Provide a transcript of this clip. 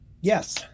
Yes